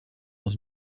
dans